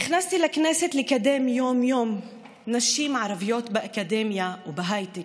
נכנסתי לכנסת לקדם יום-יום נשים ערביות באקדמיה ובהייטק.